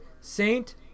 Saint